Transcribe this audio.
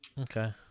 Okay